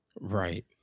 Right